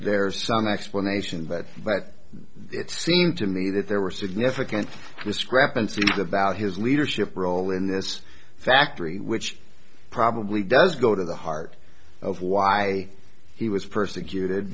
there's some explanation but but it seemed to me that there were significant discrepancies about his leadership role in this factory which probably does go to the heart of why he was persecuted